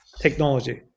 technology